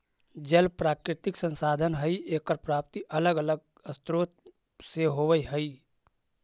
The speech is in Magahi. जल प्राकृतिक संसाधन हई एकर प्राप्ति अलग अलग स्रोत से होवऽ हई